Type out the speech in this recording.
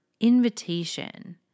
invitation